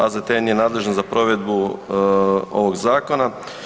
AZTN je nadležan za provedbu ovog zakona.